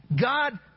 God